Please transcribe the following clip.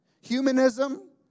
Humanism